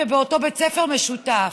ובאותו בית ספר משותף.